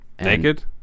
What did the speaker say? Naked